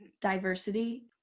diversity